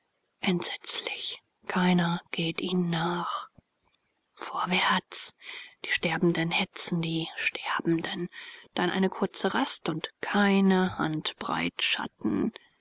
entsetzlich keiner geht ihnen nach vorwärts die sterbenden hetzen die sterbenden dann eine kurze rast und keine handbreit schatten